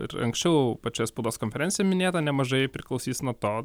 ir anksčiau pačioj spaudos konferencijoj minėta nemažai priklausys nuo to